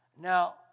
Now